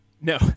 No